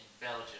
Belgium